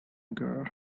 girl